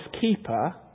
keeper